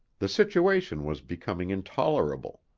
the situation was becoming intolerable.